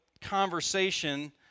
conversation